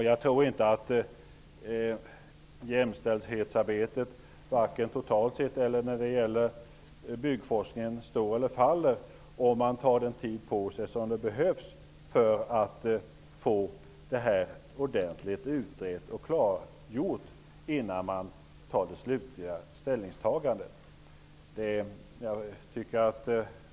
Jag tror inte att jämställdhetsarbetet totalt sett eller när det gäller byggforskningen vare sig står eller faller om man tar den tid på sig som behövs för att få det här ordentligt utrett och klargjort före slutligt ställningstagande.